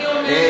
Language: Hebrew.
אני אומר.